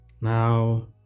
Now